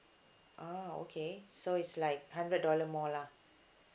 ah okay so it's like hundred dollar more lah